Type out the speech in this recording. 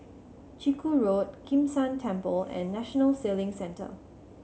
Chiku Road Kim San Temple and National Sailing Centre